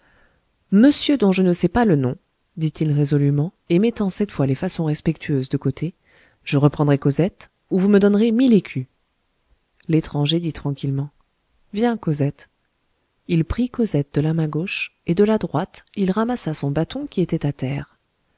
réussi une fois monsieur dont je ne sais pas le nom dit-il résolument et mettant cette fois les façons respectueuses de côté je reprendrai cosette ou vous me donnerez mille écus l'étranger dit tranquillement viens cosette il prit cosette de la main gauche et de la droite il ramassa son bâton qui était à terre